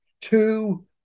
two